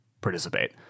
participate